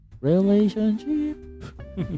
relationship